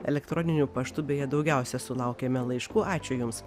elektroniniu paštu beje daugiausia sulaukiame laiškų ačiū jums